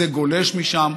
זה גולש משם,